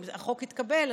ואם החוק יתקבל,